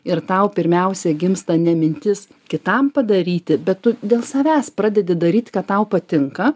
ir tau pirmiausia gimsta ne mintis kitam padaryti bet tu dėl savęs pradedi daryt ką tau patinka